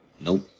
Nope